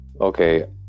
okay